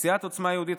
סיעת עוצמה יהודית,